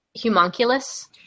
humunculus